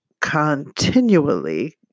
continually